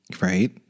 Right